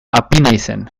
apinaizen